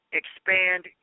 expand